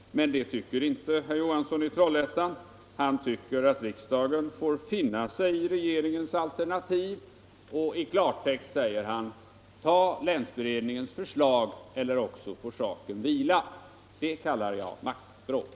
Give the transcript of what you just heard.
Men det tycker inte herr Johansson i Trollhättan. Han tycker att riksdagen får finna sig i regeringens alternativ. I klartext säger han: Tag länsberedningens förslag eller också får saken vila! Det kallar jag maktspråk.